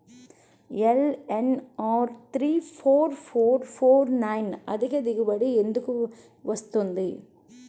LNR three four four four nine అధిక దిగుబడి ఎందుకు వస్తుంది?